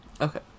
Okay